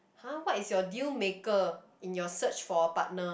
!huh! what is your deal maker in your search for a partner